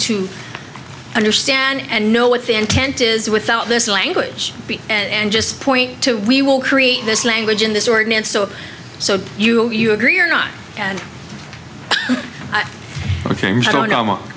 to understand and know what the intent is without this language and just point to we will create this language in this ordinance so so you agree or not and i don't know